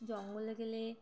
জঙ্গলে গেলে